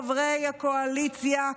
חברי הקואליציה,